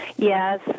Yes